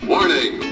Warning